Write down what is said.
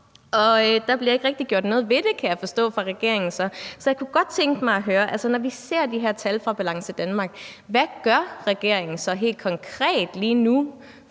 Og der bliver ikke rigtig gjort noget ved det, kan jeg forstå, fra regeringens side. Så jeg kunne godt tænke mig at høre, hvad regeringen, når vi ser de her tal fra Balance Danmark, så helt konkret gør lige nu